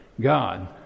God